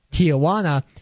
Tijuana